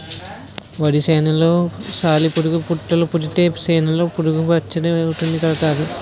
వరి సేనులో సాలిపురుగు పట్టులు పడితే సేనులో పురుగు వచ్చిందని మందు కొడతారు